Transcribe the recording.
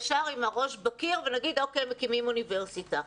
הראש בקיר ונגיד שמקימים אוניברסיטה,